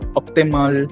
optimal